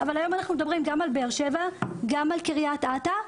והיום אנחנו מדברים גם על באר שבע וגם על קריית אתא,